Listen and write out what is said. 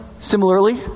similarly